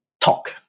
talk